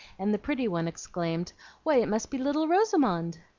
and the pretty one exclaimed why, it must be little rosamond!